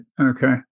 Okay